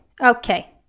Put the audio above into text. Okay